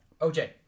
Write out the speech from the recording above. OJ